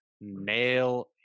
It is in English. Nail